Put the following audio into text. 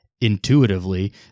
intuitively